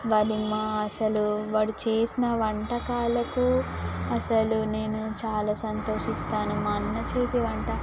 వాళ్ళు అసలు వాడు చేసిన వంటకాలకు అసలు నేను చాలా సంతోషిస్తాను మా అన్న చేతి వంట